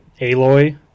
Aloy